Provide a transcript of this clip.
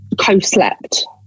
co-slept